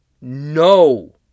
no